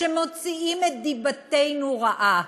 שמוציאים את דיבתנו רעה?